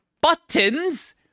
BUTTONS